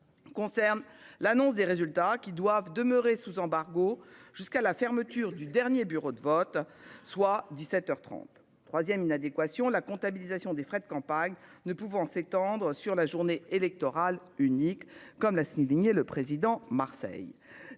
Concerne l'annonce des résultats qui doivent demeurer sous embargo jusqu'à la fermeture du dernier bureau de vote, soit 17h 33ème inadéquation la comptabilisation des frais de campagne ne pouvant s'étendre sur la journée électorale unique comme l'a signé le président Marseille